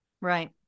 Right